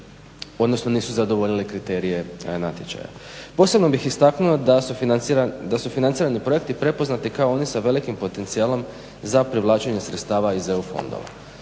odnosno nisu zadovoljili kriterije natječaja. Posebno bih istaknuo da su financirani projekti prepoznati kao oni sa velikim potencijalom za privlačenje sredstava iz EU fondova.